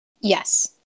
Yes